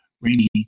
rainy